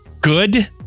good